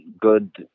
good